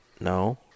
No